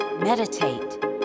meditate